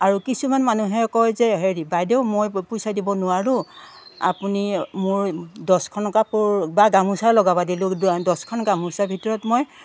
আৰু কিছুমান মানুহে কয় যে হেৰি বাইদেউ মই পইচা দিব নোৱাৰোঁ আপুনি মোৰ দছখন কাপোৰ বা গামোচা লগাবা দিলোঁ দছখন গামোচা ভিতৰত মই